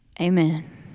amen